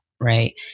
right